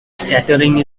scattering